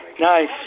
Nice